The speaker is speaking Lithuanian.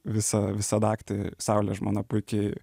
visą visą naktį saulė žmona puiki